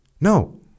No